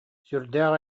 сүрдээх